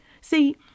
See